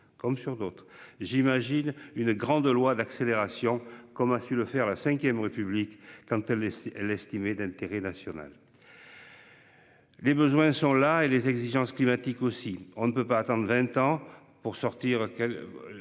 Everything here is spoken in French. comme sur d'autres j'imagine une grande loi d'accélération comme a su le faire la Ve République, quand elle l'estimait d'intérêt national.-- Les besoins sont là et les exigences climatiques aussi on ne peut pas attendre 20 ans pour sortir